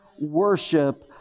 worship